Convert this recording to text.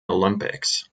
olympics